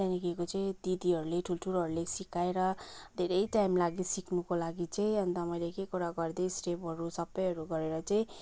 त्यहाँदेखिको चाहिँ दिदीहरूले ठुल्ठुलोहरूले सिकाएर धेरै टाइम लाग्यो सिक्नुको लागि चाहिँ अन्त मैले एक एक ओडा गर्दै स्टेपहरू सबैहरू गरेर चाहिँ